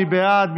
מי בעד?